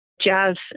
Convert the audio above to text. jazz